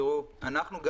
בבקשה.